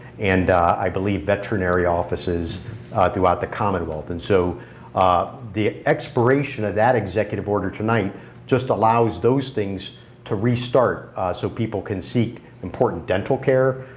and i believe veterinary offices throughout the commonwealth. and so the expiration of that executive order tonight just allows those things to restart so people can seek important dental care,